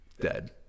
Dead